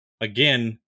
again